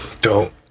Dope